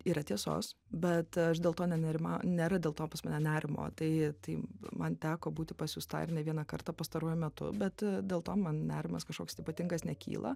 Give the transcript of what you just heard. yra tiesos bet aš dėl to ne nerima nėra dėl to pas mane nerimo tai tai man teko būti pasiųstai ir ne vieną kartą pastaruoju metu bet dėl to man nerimas kažkoks ypatingas nekyla